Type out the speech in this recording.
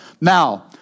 Now